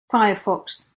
firefox